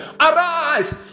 Arise